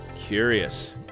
Curious